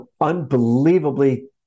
Unbelievably